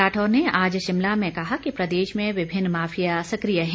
राठौर ने आज शिमला में कहा कि प्रदेश में विभिन्न माफिया सक्रिय है